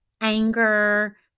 anger